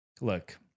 look